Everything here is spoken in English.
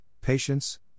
patience